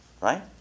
right